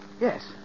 Yes